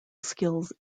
skills